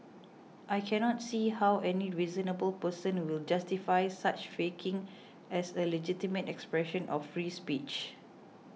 I can not see how any reasonable person will justify such faking as a legitimate expression of free speech